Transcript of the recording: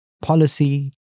Policy